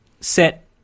set